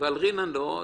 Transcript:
ועל רינה לא,